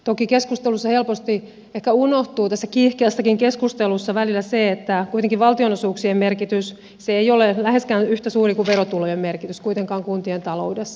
toki tässä kiihkeässäkin keskustelussa helposti ehkä unohtuu välillä se että valtionosuuksien merkitys ei ole kuitenkaan läheskään yhtä suuri kuin on verotulojen merkitys kuntien taloudessa